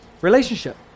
Relationship